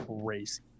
crazy